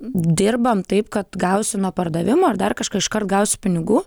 dirbam taip kad gausi nuo pardavimo ar dar kažką iškart gausi pinigų